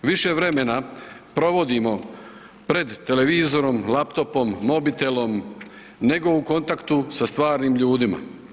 Više vremena provodimo pred televizorom, laptopom, mobitelom nego u kontaktu sa stvarnim ljudima.